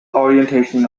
orientation